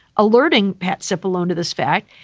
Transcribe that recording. alerting pat sip alone to this fact.